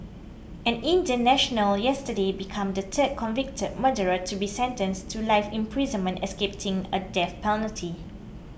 an Indian national yesterday become the third convicted murderer to be sentenced to life in prison escaping a death penalty